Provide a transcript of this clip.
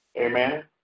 Amen